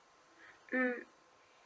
mm